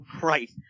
Right